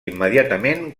immediatament